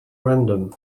random